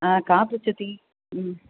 का पृच्छति